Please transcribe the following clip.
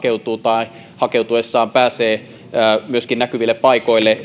hakeutuu tai että he hakeutuessaan pääsevät myöskin näkyville paikoille